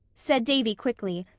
said davy quickly,